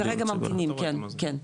הם כרגע ממתינים, כן, כן,